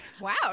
Wow